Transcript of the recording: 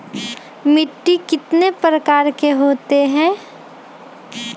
मिट्टी कितने प्रकार के होते हैं?